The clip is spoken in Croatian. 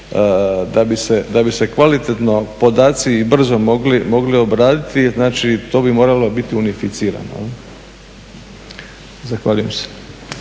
da bi se kvalitetno podaci i brzo mogli obraditi znači to bi moralo biti unificirano. Zahvaljujem se.